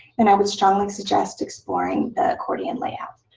then i would strongly suggest exploring the accordion layout.